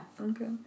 Okay